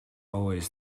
always